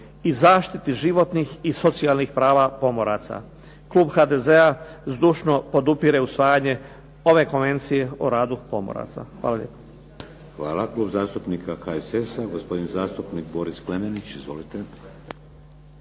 i zaštiti životnih i socijalnih prava pomoraca. Klub HDZ-a zdušno podupire usvajanje ove Konvencije o radu pomoraca. Hvala lijepa. **Šeks, Vladimir (HDZ)** Hvala. Klub zastupnika HSS-a gospodin zastupnik Boris Klemenić. Izvolite.